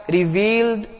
revealed